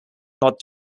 not